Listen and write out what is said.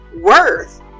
worth